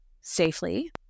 safely